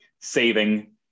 Saving